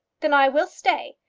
then i will stay,